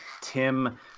tim